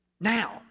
Now